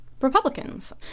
Republicans